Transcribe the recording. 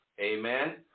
Amen